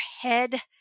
head